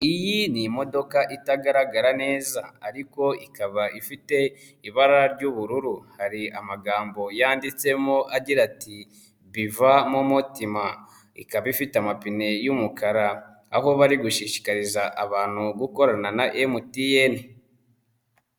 Iyi ni imodoka itagaragara neza ariko ikaba ifite ibara ry'ubururu, hari amagambo yanditsemo agira ati "biva momo tima" ikaba ifite amapine y'umukara aho bari gushishikariza abantu gukorana na MTN.